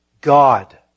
God